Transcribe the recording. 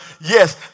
yes